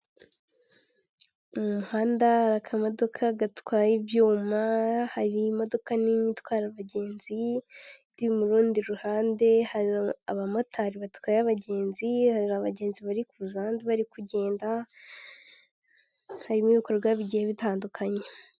Mu muhanda hari akamodoka gatwaye ibyuma, hari imodoka nini itwara abagenzi iri mu rundi ruhande, hari abamotari batwaraye abagenzi hari abagenzi bari kuza bari kugenda, harimo ibikorwa bigiye bitandukanye.